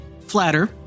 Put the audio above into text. flatter